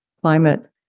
climate